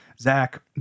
Zach